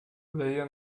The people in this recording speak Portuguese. leia